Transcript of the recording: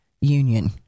union